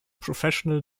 professional